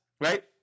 right